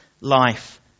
life